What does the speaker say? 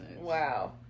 Wow